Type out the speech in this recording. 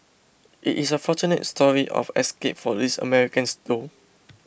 it is a fortunate story of escape for these Americans though